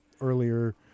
earlier